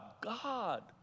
God